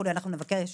גם נבקש